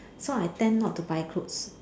so I tend not to buy clothes